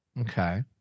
okay